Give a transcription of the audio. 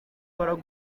ashobora